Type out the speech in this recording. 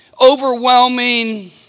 overwhelming